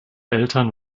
eltern